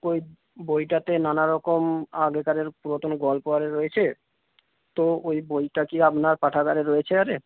ওই বইটাতে নানা রকম আগেকারের পুরাতন গল্প আরে রয়েছে তো ওই বইটা কি আপনার পাঠাগারে রয়েছে আরে